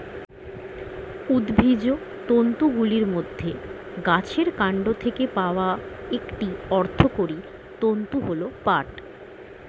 উদ্ভিজ্জ তন্তুগুলির মধ্যে গাছের কান্ড থেকে পাওয়া একটি অর্থকরী তন্তু হল পাট